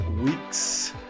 week's